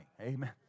Amen